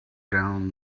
down